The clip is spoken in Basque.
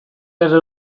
erre